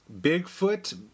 Bigfoot